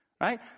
Right